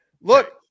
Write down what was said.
look